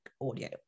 audio